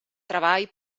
treball